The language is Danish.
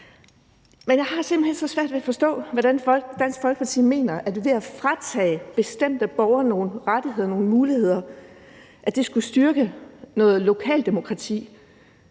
men jeg har simpelt hen så svært ved at forstå, hvordan Dansk Folkeparti kan mene, at det at fratage bestemte borgere nogle rettigheder og nogle muligheder skulle styrke noget lokaldemokrati;